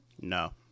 No